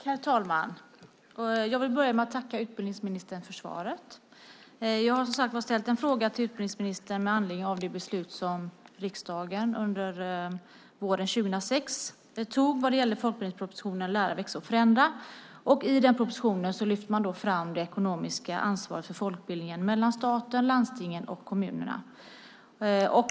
Herr talman! Jag vill börja med att tacka utbildningsministern för svaret. Jag har ställt en fråga till utbildningsministern med anledning av det beslut som riksdagen tog under våren 2006 vad gällde folkbildningspropositionen Lära, växa och förändra . I den propositionen lyfte man fram det ekonomiska ansvaret för folkbildningen mellan staten, landstingen och kommunerna.